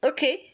Okay